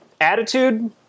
attitude